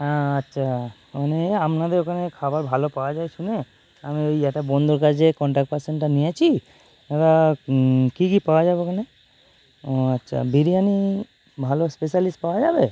হ্যাঁ আচ্ছা মানে আপনাদের ওখানে খাবার ভালো পাওয়া যায় শুনে আমি ওই একটা বন্ধুর কাছে কন্ট্যাক্ট পার্সেনটা নিয়েছি দাদা কী কী পাওয়া যাবে ওখানে ও আচ্ছা বিরিয়ানি ভালো স্পেশালিষ্ট পাওয়া যাবে